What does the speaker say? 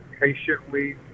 patiently